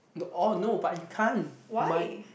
no oh no but you can't my